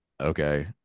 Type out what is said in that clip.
okay